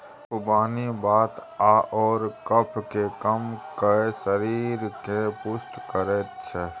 खुबानी वात आओर कफकेँ कम कए शरीरकेँ पुष्ट करैत छै